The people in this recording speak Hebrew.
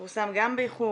פורסם גם באיחור,